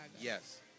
Yes